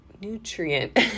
nutrient